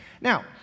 Now